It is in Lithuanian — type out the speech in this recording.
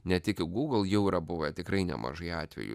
ne tik į google jau yra buvę tikrai nemažai atvejų